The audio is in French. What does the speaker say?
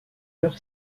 leur